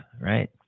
right